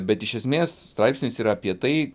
bet iš esmės straipsnis yra apie tai